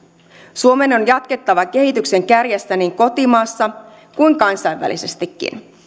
suomen on jatkettava kehityksen kärjessä niin kotimaassa kuin kansainvälisestikin